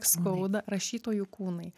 skauda rašytojų kūnai